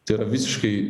tai yra visiškai